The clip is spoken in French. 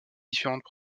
différentes